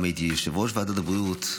וגם הייתי יושב-ראש ועדת הבריאות,